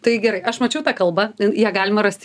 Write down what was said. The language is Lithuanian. tai gerai aš mačiau tą kalbą ją galima rast